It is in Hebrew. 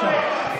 אי-אפשר.